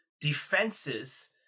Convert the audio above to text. defenses